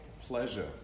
pleasure